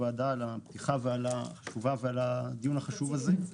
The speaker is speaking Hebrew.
על דברי הפתיחה ועל התשובה ועל הדיון החשוב הזה.